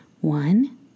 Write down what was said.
One